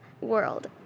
world